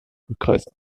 rückreise